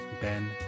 Ben